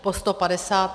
Postopadesáté.